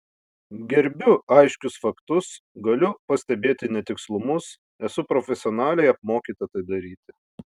gerbiu aiškius faktus galiu pastebėti netikslumus esu profesionaliai apmokyta tai daryti